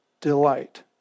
delight